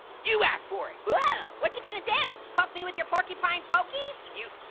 you asked for it. whoa, what you gonna do? poke me with your porcupine pokies? you,